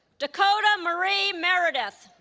dakota marie meredith